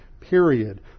period